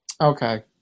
Okay